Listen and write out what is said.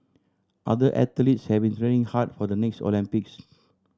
other athletes have been training hard for the next Olympics